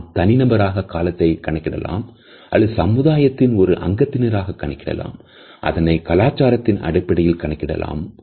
நாம் தனிநபராக காலத்தை கணக்கிடலாம் அல்லது சமுதாயத்தின் ஒரு அங்கத்தினராக கணக்கிடலாம் அதனை கலாச்சாரத்தின் அடிப்படையில் கணக்கிடலாம்